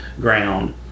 ground